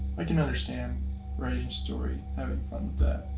i can understand writing a story and